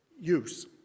use